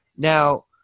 Now